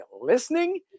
listening